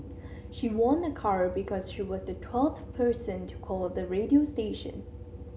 she won a car because she was the twelfth person to call the radio station